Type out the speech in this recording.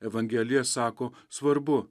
evangelija sako svarbu